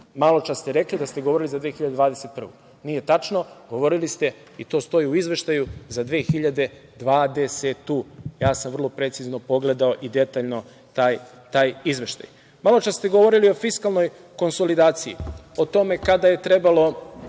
godinu. Maločas ste rekli da ste govorili za 2021. Nije tačno, govorili ste i to stoji u izveštaju, za 2020. godinu, ja sam vrlo precizno pogledao i detaljno taj izveštaj. Maločas ste govorili o fiskalnoj konsolidaciji, o tome kada je trebalo